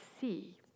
see